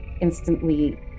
instantly